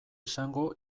esango